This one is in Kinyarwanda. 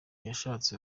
yashatse